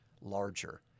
larger